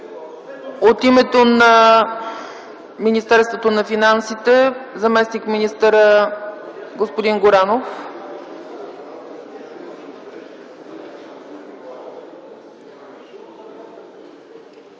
От името на Министерството на финансите – заместник-министърът господин Горанов.